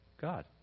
God